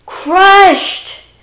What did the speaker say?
Crushed